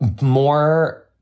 more